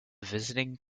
visiting